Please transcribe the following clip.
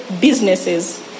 businesses